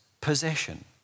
possession